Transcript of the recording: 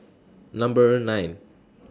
Number nine